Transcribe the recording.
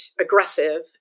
aggressive